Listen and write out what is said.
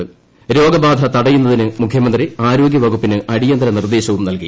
ൂരോഗബാധ തടയുന്നതിന് മുഖ്യമന്ത്രി ആരോഗ്യ വകുപ്പിന് അടിയ്ക്ത്രി നിർദ്ദേശവും നൽകി